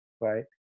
right